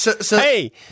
Hey